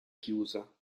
chiusa